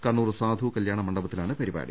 കണ്ണൂർ സാധു കല്യാണ മണ്ഡപത്തിലാണ് പരിപാ ടി